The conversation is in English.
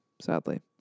sadly